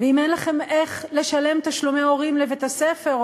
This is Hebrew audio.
ואם אין לכם איך לשלם תשלומי הורים לבית-הספר,